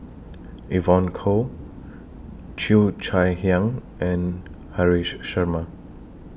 Evon Kow Cheo Chai Hiang and Haresh Sharma